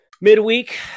Midweek